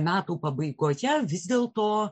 metų pabaigoje vis dėl to